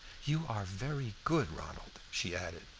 you are very good, ronald, she added.